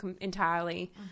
entirely